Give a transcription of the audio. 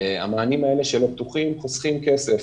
המענים האלה שלא פתוחים חוסכים כסף.